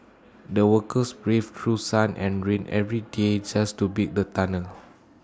the workers braved through sun and rain every day just to build the tunnel